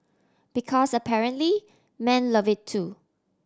because apparently men love it too